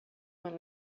when